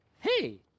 Hey